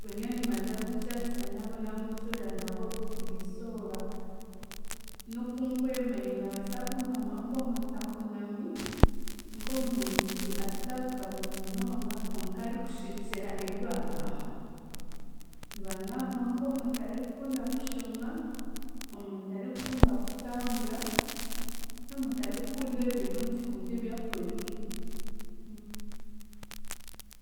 Banywani bangye abu nkujaguza nabo n'abu nkutuura nabo buriizooba, n'oku nkwemanya nibabaasa kungambaho nk'omuntu ahunami, nk'omuntu atakugamba munonga konka arikushekyera ebi bagamba, nibangambaho nk'omuntu arikukunda kushoma, omuntu arikukunda kutambura, n'omuntu arikukunda ebirungi konka ebyakoriire.